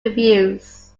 reviews